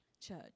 church